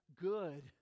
good